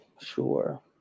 Sure